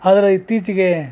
ಆದ್ರ ಇತ್ತೀಚಿಗೆ